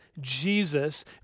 Jesus